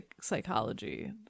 psychology